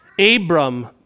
Abram